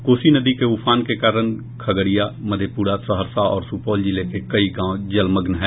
कोसी नदी के उफान के कारण खगड़िया मधेपुरा सहरसा और सुपौल जिले के कई गांव जलमग्न हैं